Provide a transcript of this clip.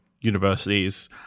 universities